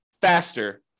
faster